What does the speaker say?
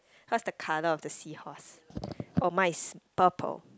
what's the colour of the seahorse oh mine is purple